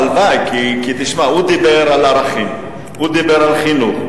הלוואי, כי הוא דיבר על ערכים, על חינוך.